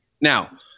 now